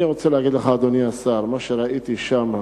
אני רוצה להגיד לך, אדוני השר, מה שראיתי שם: